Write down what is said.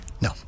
No